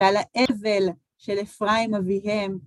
ועל האבל של אפרים אביהם.